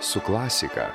su klasika